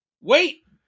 wait